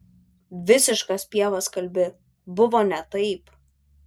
visiškas pievas kalbi buvo ne taip